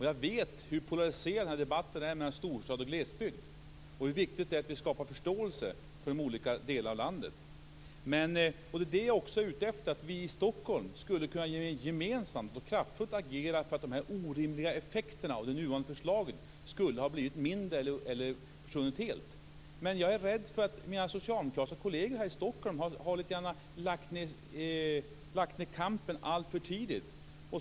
Jag vet hur polariserad debatten mellan storstad och glesbygd är och hur viktigt det är att vi skapar förståelse för de olika delarna av landet. Jag är också ute efter att vi i Stockholm gemensamt och kraftfullt skulle kunna agera för att de orimliga effekterna av de nuvarande förslagen blev mindre eller helt skulle försvinna. Jag är rädd för att mina socialdemokratiska kolleger här i Stockholm har lagt ned kampen alltför tidigt.